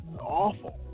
awful